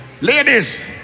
Ladies